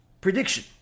prediction